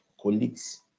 colleagues